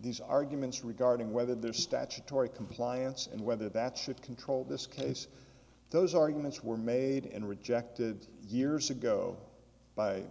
these arguments regarding whether they're statutory compliance and whether that should control this case those arguments were made and rejected years ago by